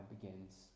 begins